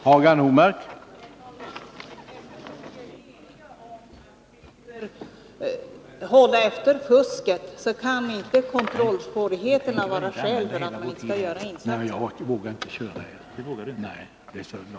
Herr talman! Eftersom vi är eniga om att vi bör hålla efter fusket, kan inte kontrollsvårigheterna vara skäl för att vi inte skall göra de insatser som behövs.